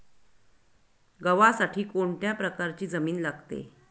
गव्हासाठी कोणत्या प्रकारची जमीन लागते?